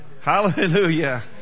Hallelujah